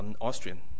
Austrian